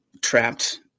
trapped